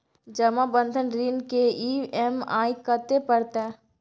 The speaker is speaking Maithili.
जमा बंधक ऋण के ई.एम.आई कत्ते परतै?